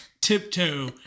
tiptoe